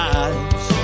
eyes